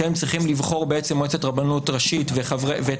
הם צריכים לבחור בעצם מועצת רבנות ראשית ואת